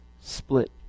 split